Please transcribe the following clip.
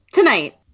Tonight